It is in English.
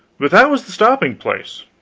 but that was the stopping place.